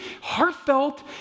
heartfelt